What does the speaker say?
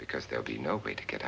because there'll be no way to get